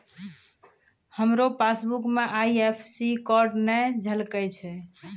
हमरो पासबुक मे IFSC code नै झलकै छै